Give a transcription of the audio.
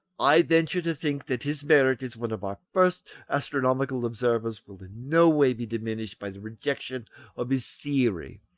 i venture to think that his merit as one of our first astronomical observers will in no way be diminished by the rejection of his theory,